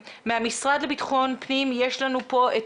מהמשרד לביטחון פנים יש לנו פה את